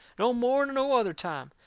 no more'n no other time.